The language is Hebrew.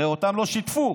הרי אותם לא שיתפו.